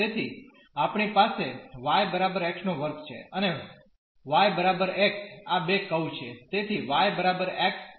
તેથી આપણી પાસે y બરાબર x2 છે અને y બરાબર x આ બે કર્વ છે